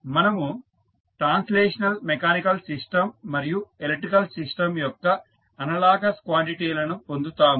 మనము translational mechanical system మరియు electrical system యొక్క అనలాగస్ క్వాంటిటీలను పొందుతాము